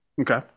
Okay